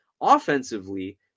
Offensively